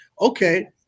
Okay